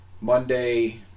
Monday